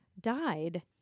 died